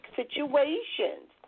situations